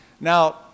Now